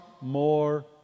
more